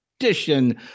edition